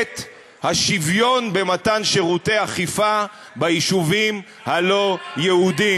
את השוויון במתן שירותי אכיפה ביישובים הלא-יהודיים.